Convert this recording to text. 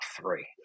three